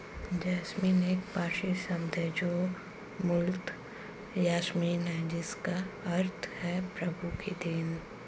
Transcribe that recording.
jasmine एक पारसी शब्द है जो मूलतः यासमीन है जिसका अर्थ है प्रभु की देन